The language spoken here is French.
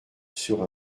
sur